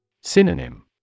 Synonym